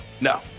No